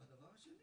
והדבר השני,